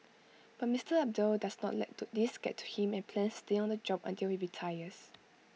but Mister Abdul does not let these get to him and plans to stay on the job until he retires